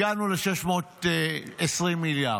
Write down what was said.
הגענו ל-620 מיליארד.